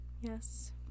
Yes